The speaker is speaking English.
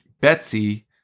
Betsy